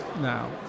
now